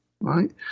Right